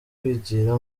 kwigira